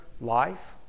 life